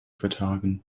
vertagen